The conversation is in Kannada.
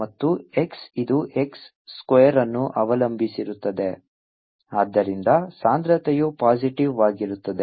ಮತ್ತು x ಇದು x ಸ್ಕ್ವೇರ್ ಅನ್ನು ಅವಲಂಬಿಸಿರುತ್ತದೆ ಆದ್ದರಿಂದ ಸಾಂದ್ರತೆಯು ಪಾಸಿಟಿವ್ವಾಗಿರುತ್ತದೆ